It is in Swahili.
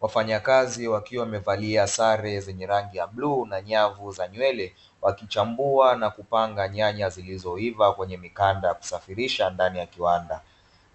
Wafanyakazi wakiwa wamevalia sare zenye rangi ya bluu na nyavu za nywele, wakichambua na kupanga nyanya zilizoiva kwenye kwenye mikanda ya kisafirisha ndani ya kiwanda,